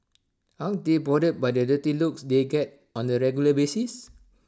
aren't they bothered by the dirty looks they get on A regular basis